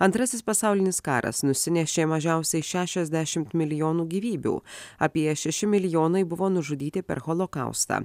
antrasis pasaulinis karas nusinešė mažiausiai šešiasdešimt milijonų gyvybių apie šeši milijonai buvo nužudyti per holokaustą